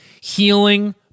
healing